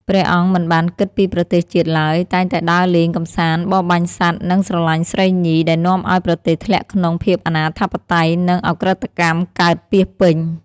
ព្រះអង្គមិនបានគិតពីប្រទេសជាតិឡើយ តែងតែដើរលេង កំសាន្ត បរបាញ់សត្វ និងស្រឡាញ់ស្រីញី ដែលនាំឱ្យប្រទេសធ្លាក់ក្នុងភាពអនាធិបតេយ្យ និងឧក្រិដ្ឋកម្មកើតពាសពេញ។